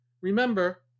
Remember